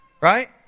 Right